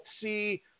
see